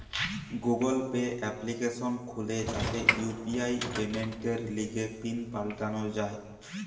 Google Pay application খুলে যাতে UPI পেমেন্টের লিগে পিন পাল্টানো যায়